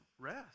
rest